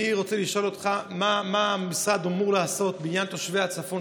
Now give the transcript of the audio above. אני רוצה לשאול אותך: מה המשרד אמור לעשות בעניין תושבי הצפון,